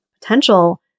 potential